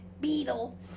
beetle